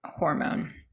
hormone